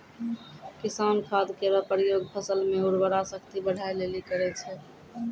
किसान खाद केरो प्रयोग फसल म उर्वरा शक्ति बढ़ाय लेलि करै छै